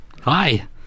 Hi